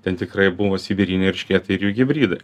ten tikrai buvo sibiriniai eršketai ir jų hibridai